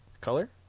Color